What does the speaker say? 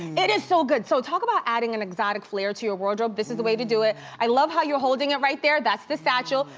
it is so good. so talk about adding an exotic flair to your wardrobe. this is the way to do it. i love how you're holding it right there, that's the satchel.